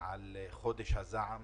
לדבר אחר,